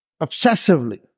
obsessively